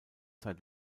seit